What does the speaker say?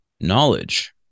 knowledge